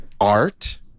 art